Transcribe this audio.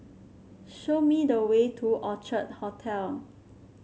show me the way to Orchard Hotel